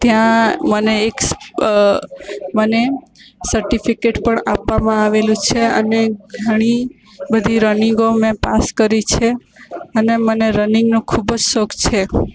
ત્યાં મને એક મને સર્ટિફિકેટ પણ આપવામાં આવેલું છે અને ઘણી બધી રનિંગો મેં પાસ કરી છે અને મને રનિંગનો ખૂબ જ શોખ છે